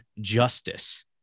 justice